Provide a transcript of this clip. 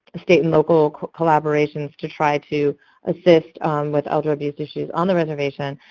state and local collaborations to try to assist with elder abuse issues on the reservation,